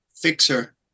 fixer